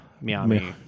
miami